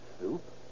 Soup